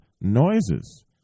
noises